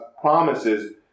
promises